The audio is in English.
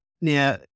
now